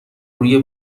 روی